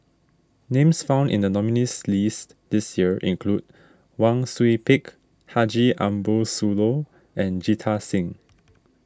names found in the nominees' list this year include Wang Sui Pick Haji Ambo Sooloh and Jita Singh